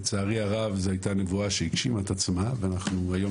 לצערי הרב זו הייתה נבואה שהגשימה את עצמה ואנחנו היום